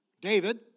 David